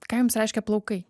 ką jums reiškia plaukai